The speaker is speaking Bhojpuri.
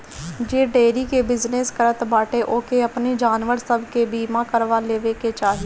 जे डेयरी के बिजनेस करत बाटे ओके अपनी जानवर सब के बीमा करवा लेवे के चाही